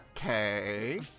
Okay